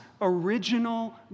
original